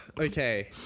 Okay